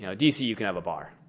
you know d c. you can have a bar.